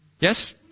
Yes